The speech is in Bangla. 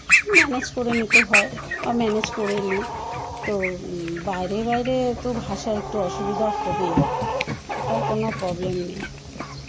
ম্যানেজ করে নিতে হয় বা ম্যানেজ করে নিই তো বাইরে বাইরে তো ভাষা একটু অসুবিধা হবেই ওটা কোনো প্রবলেম নেই